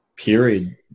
period